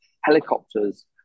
Helicopters